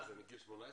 זה מגיל 18?